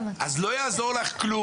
ואת מגדילה את זה לשישה אז לא יעזור לך כלום.